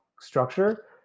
structure